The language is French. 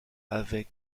avec